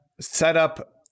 setup